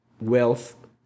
wealth